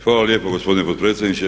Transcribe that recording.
Hvala lijepo gospodine potpredsjedniče.